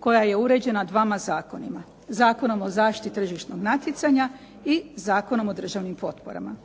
koja je uređena dvama zakonima. Zakonom o zaštiti tržišnog natjecanja i Zakonom o državnim potporama.